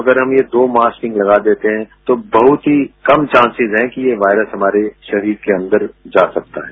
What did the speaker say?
अगर हम ये दो मास्किंग लगा देते हैं तो बहुत ही कम चान्सेज है कि यह वायरस हमारे शरीर के अंदर जा सकते हैं